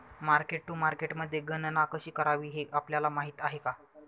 Mark to मार्केटमध्ये गणना कशी करावी हे आपल्याला माहित आहे का?